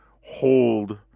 hold